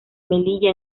melilla